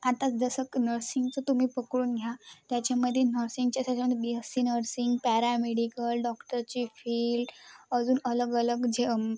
आता जसं क नर्सिंगचं तुम्ही पकडून घ्या त्याच्यामध्ये नर्सिंगच्या असं त्याच्यामध्ये B S C nursing paramedical डॉक्टरची फील्ड अजून अलगअलग जे